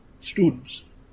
students